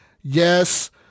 Yes